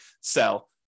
sell